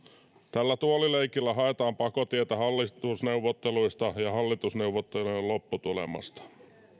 tällä tuolileikillä haetaan pakotietä hallitusneuvotteluista ja hallitusneuvottelujen lopputulemasta